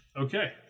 Okay